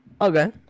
Okay